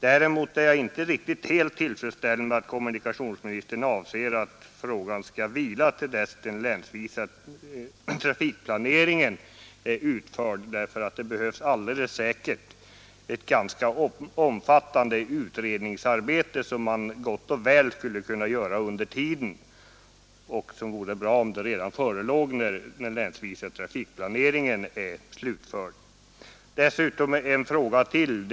Däremot är jag inte helt tillfredsställd med att kommunikationsministern avser att låta frågan vila tills den länsvisa trafikplaneringen är utförd. Det behövs alldeles säkert ett omfattande utredningsarbete, som gott och väl skulle kunna göras under tiden, och det vore bra om resultatet förelåg när den länsvisa trafikplaneringen är slutförd. Jag vill ställa ytterligare en fråga.